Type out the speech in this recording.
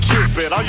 Cupid